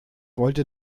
wollte